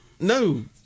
no